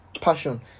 passion